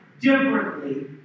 differently